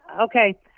Okay